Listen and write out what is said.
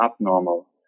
abnormal